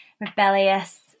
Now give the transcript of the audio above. rebellious